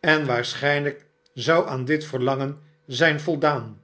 en waarschimlijk zou aan dit verlangen zijn voldaan